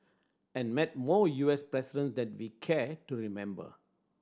and met more U S presidents that we care to remember